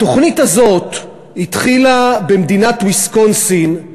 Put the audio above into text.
התוכנית הזאת התחילה במדינת ויסקונסין.